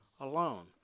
alone